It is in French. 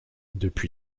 depuis